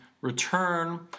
return